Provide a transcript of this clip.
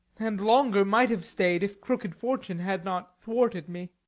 and longer might have stay'd, if crooked fortune had not thwarted me.